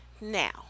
now